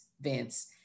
Vince